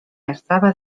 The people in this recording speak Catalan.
estava